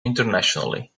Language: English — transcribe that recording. internationally